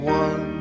one